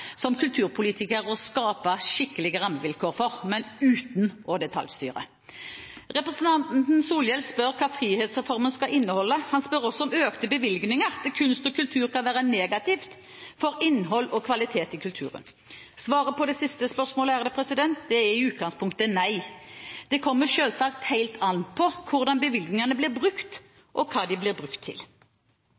som kulturpolitikere å skape skikkelige rammevilkår for, men uten å detaljstyre. Representanten Solhjell spør hva frihetsreformen skal inneholde. Han spør også om økte bevilgninger til kunst og kultur kan være negativt for innhold og kvalitet i kulturen. Svaret på det siste spørsmålet er i utgangspunktet nei. Det kommer selvsagt helt an på hvordan bevilgningene blir brukt, og hva de blir brukt til.